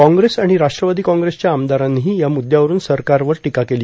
काँग्रेस आणि राष्ट्रवादी काँग्रेसच्या आमदारांनीही या मुद्यावरून सरकारवर टीका केली